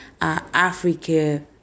Africa